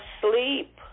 sleep